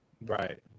Right